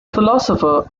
philosopher